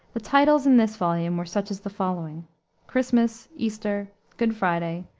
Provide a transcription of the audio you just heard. the titles in this volume were such as the following christmas, easter, good friday,